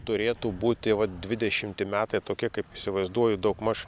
turėtų būti vat dvidešimi metai tokie kaip įsivaizduoju daugmaž